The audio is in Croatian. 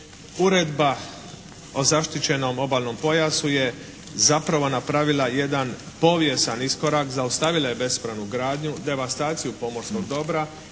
Uredba o zaštićenom obalnom pojasu je zapravo napravila jedan povijesan iskorak, zaustavila je bespravnu gradnju, devastaciju pomorskog dobra